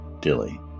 Dilly